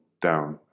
down